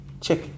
Check